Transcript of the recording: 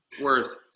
worth